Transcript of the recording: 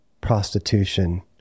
prostitution